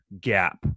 gap